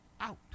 out